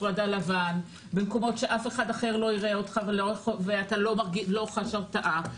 הפרדה לבן במקומות שאף אחר לא יראה אותך ואתה לא חש הרתעה,